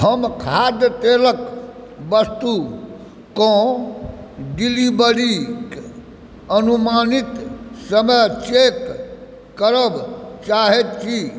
हम खाद्य तेलक वस्तुके डिलीवरी क अनुमानित समय चेक करय चाहैत छी